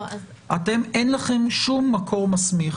לכם אין שום מקור מסמיך.